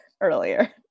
earlier